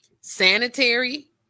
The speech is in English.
sanitary